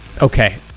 Okay